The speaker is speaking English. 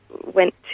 went